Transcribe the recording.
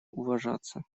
уважаться